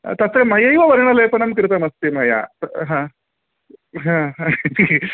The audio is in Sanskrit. तत्र मयैव वर्णलेपनं कृतमस्ति मया ह ह